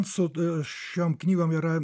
su a šiom knygom yra